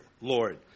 Lord